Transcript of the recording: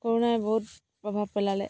কৰোণাই বহুত প্ৰভাৱ পেলালে